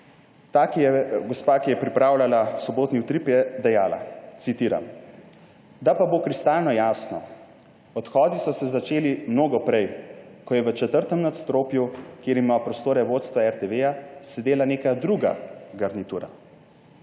Utrip. Gospa, ki je pripravljala sobotni Utrip, je dejala, citiram: »Da pa bo kristalno jasno, odhodi so se začeli mnogo prej, ko je v četrtem nadstropju, kjer ima prostore vodstvo RTV, sedela neka druga garnitura,«